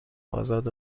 ازاد